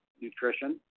nutrition